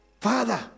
father